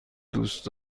دوست